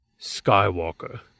Skywalker